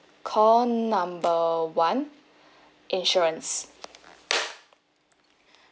call number one insurance